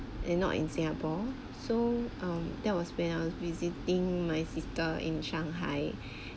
and not in singapore so um that was when I was visiting my sister in shanghai